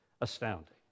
Astounding